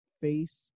face